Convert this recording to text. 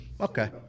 Okay